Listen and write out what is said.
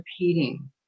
repeating